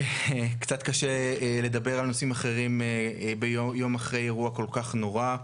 קצת קשה לדבר על נושאים אחרים יום אחרי אירוע כל כך נורא,